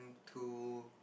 to